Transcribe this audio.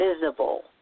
visible